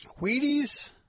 Wheaties